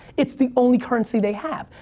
it's the only currency they have.